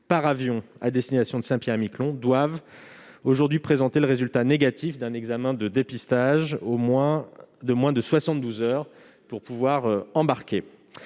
par avion à destination de Saint-Pierre-et-Miquelon doivent en tout état de cause présenter le résultat négatif d'un examen de dépistage de moins de soixante-douze heures pour pouvoir embarquer.